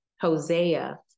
Hosea